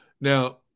Now